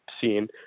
seen